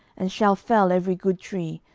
and shall fell every good tree,